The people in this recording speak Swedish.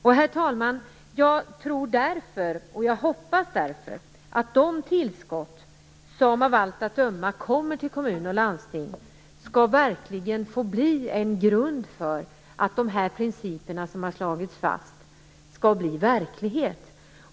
Och därför, herr talman, tror och hoppas jag att de tillskott som av allt att döma kommer till kommuner och landsting verkligen skall få bli en grund för att de principer som har slagits fast skall bli verklighet.